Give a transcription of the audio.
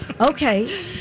Okay